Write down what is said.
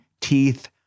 teeth